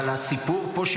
אבל הסיפור פה,